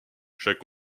chaque